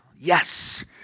yes